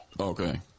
Okay